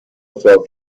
صاف